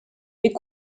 est